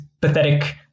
pathetic